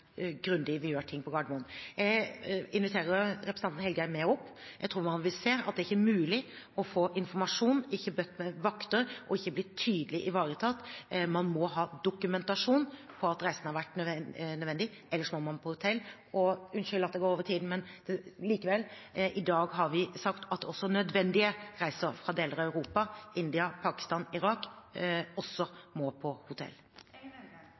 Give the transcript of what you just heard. grundig vi gjør ting på Gardermoen. Jeg inviterer representanten Engen-Helgheim med opp. Jeg tror han vil se at det ikke er mulig ikke å få informasjon, ikke å bli møtt med vakter og ikke bli tydelig ivaretatt. Man må ha dokumentasjon på at reisen har vært nødvendig, ellers må man på hotell. – Unnskyld at jeg går over tiden, president, men likevel: I dag har vi sagt at også for nødvendige reiser fra deler av Europa og fra India, Pakistan og Irak gjelder reglene om at man må på